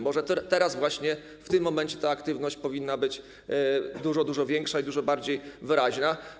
Może właśnie teraz, w tym momencie ta aktywność powinna być dużo, dużo większa i dużo bardziej wyraźna.